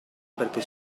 perché